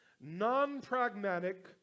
non-pragmatic